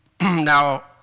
Now